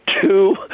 two